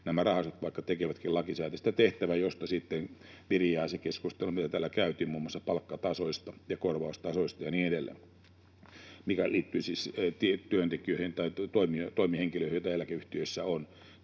yksityisiä, vaikka tekevätkin lakisääteistä tehtävää, mistä sitten viriää se keskustelu, mitä täällä käytiin muun muassa palkkatasoista ja korvaustasoista ja niin edelleen, mikä liittyy siis työntekijöihin tai toimihenkilöihin, joita eläkeyhtiöissä on.